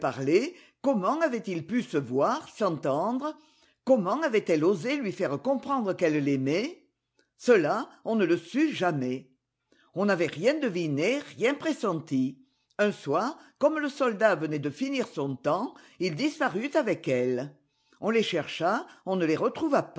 comment avaient-ils pu se voir s'entendre comment avait-elle osé lui faire comprendre qu'elle l'aimait cela on ne le sut jamais on n'avait rien deviné rien pressenti un soir comme le soldat venait de finir son temps il disparut avec elle on les chercha on ne les retrouva